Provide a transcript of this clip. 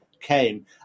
came